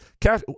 Cash